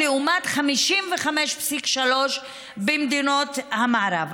לעומת 55.3 במדינות המערב.